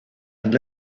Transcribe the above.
and